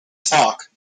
talk